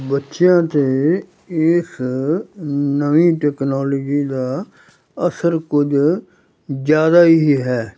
ਬੱਚਿਆਂ 'ਤੇ ਇਸ ਨਵੀਂ ਟੈਕਨੋਲੋਜੀ ਦਾ ਅਸਰ ਕੁਝ ਜ਼ਿਆਦਾ ਹੀ ਹੈ